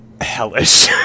hellish